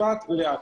לצפת ולעכו.